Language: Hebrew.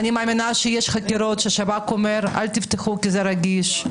ואני מאמינה שיש חקירות שהשב"כ אומר: אל תפתחו כי זה רגיש.